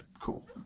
cool